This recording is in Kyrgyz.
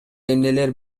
эмнелер